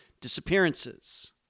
disappearances